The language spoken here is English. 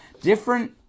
Different